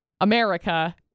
America